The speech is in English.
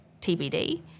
TBD